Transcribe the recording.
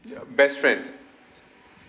your best friend